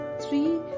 three